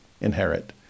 inherit